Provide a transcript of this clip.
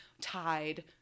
tied